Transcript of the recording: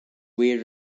way